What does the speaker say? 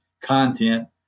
content